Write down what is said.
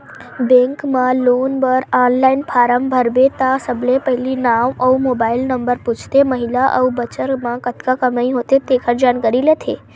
bank म loan बर online form भरबे त सबले पहिली नांव अउ मोबाईल नंबर पूछथे, महिना अउ बछर म कतका कमई होथे तेखर जानकारी लेथे